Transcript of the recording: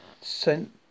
Sent